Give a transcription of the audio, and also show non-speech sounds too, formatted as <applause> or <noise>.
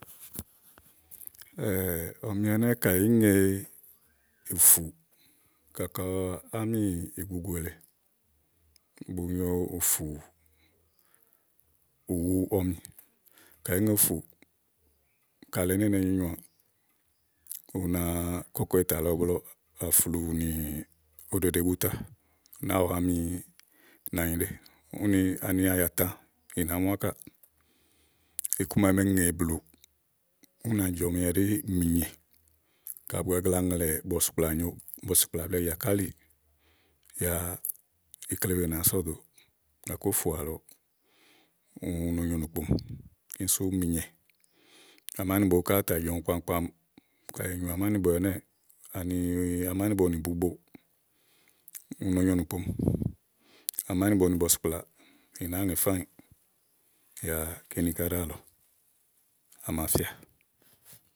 <hesitation> ɔmi ɛnɛ́ kayi ìí ŋe ùfù, kaka ámìgugù èle bu nyo ùfù ùwuɔmi. ka ìí ŋe ùfù ka alɛ né nene nyoà u na kɔkɔ ì tà lɔ iblɔ àflù nì òɖèɖèbuta na wami nànyiɖe, úni ani ayatã, i nàáá mu ákà ikuma eme ŋè blùúmì nàa jɔ̀mi ɛɖi mìnyè ka bùgagla ŋlɛ bɔ̀sìkplà nyo bɔ̀sìkplà blɛ̀ɛ jàkálí yáá ikle wèe nàáá sɔdòo gàké ùfù àlɔ <hesitation> u no nyo ìnúkpo. kíni sú mìnyè amánìbo ká tà jɔ̀mi kpaŋkpaŋ. ka ì nyu amánìbo ɛnɛ́ɛ̀ amánìbo nì bubo, u no ìnúkpomi amánìbo nì bɔ̀sìkplà, ì nàáa yè fáànyì yá kíni ká ɖíàlɔ à máa fíà.